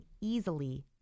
easily